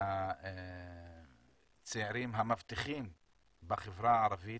מהצעירים המבטיחים בחברה הערבית,